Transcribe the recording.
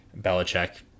Belichick